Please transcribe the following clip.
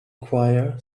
choir